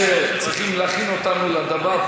צריכים להכין אותם לדבר,